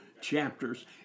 chapters